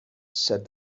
said